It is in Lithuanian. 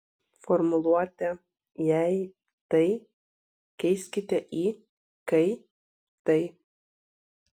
formuluotę jei tai keiskite į kai tai